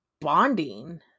bonding